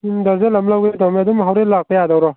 ꯎꯝ ꯗꯔꯓꯟ ꯑꯃ ꯂꯧꯒꯦ ꯇꯧꯕꯅꯤ ꯑꯗꯨꯝ ꯍꯣꯔꯦꯟ ꯂꯥꯛꯄ ꯌꯥꯗꯧꯔꯣ